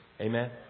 Amen